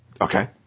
Okay